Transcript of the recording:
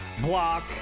block